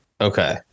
Okay